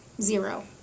zero